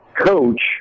coach